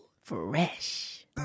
Fresh